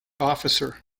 officer